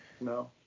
no